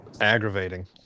Aggravating